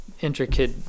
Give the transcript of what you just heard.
intricate